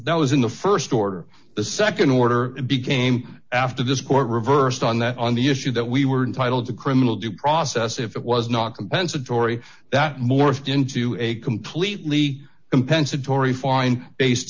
at was in the st order the nd order became after this court reversed on that on the issue that we were entitled to criminal due process if it was not compensatory that morphed into a completely compensatory find based